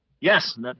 Yes